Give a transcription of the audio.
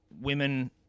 women